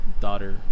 daughter